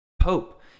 Pope